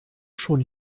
schon